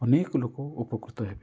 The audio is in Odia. ଅନେକ ଲୋକ ଉପକୃତ ହେବେ